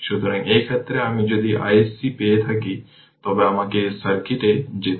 সুতরাং এই ক্ষেত্রে আমি যদি iSC পেয়ে থাকি তবে আমাকে এই সার্কিটে যেতে হবে